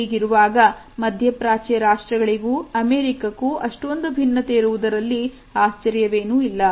ಹೀಗಿರುವಾಗ ಮಧ್ಯಪ್ರಾಚ್ಯ ರಾಷ್ಟ್ರಗಳಿಗೂ ಅಮೆರಿಕಕ್ಕೂ ಅಷ್ಟೊಂದು ಭಿನ್ನತೆ ಇರುವುದರಲ್ಲಿ ಆಶ್ಚರ್ಯವೇನು ಇಲ್ಲ